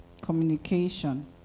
Communication